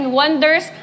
wonders